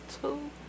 two